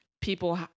people